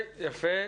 יפה,